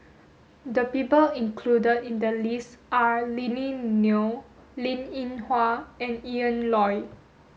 the people included in the list are Lily Neo Linn In Hua and Ian Loy